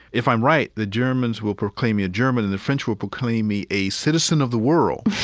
if i'm right, the germans will proclaim me a german, and the french will proclaim me a citizen of the world.